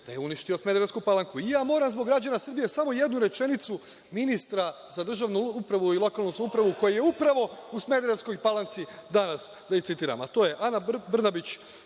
da je uništio Smederevsku Palanku. Moram zbog građana Srbije samo jednu rečenicu ministra za državnu upravu i lokalnu samoupravu koja je upravo u Smederevskoj Palanci danas, da je citiram, a to je Ana Brnabić.